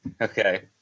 Okay